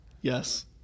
yes